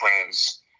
friends